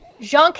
Jean